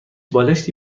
بالشتی